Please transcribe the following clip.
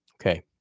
Okay